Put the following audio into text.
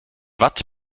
watt